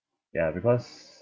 ya because